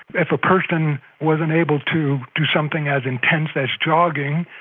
if a person wasn't able to do something as intense as jogging,